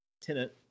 tenant